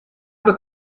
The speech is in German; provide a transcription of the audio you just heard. aber